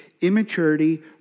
immaturity